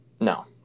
no